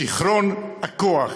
שיכרון הכוח.